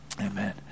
Amen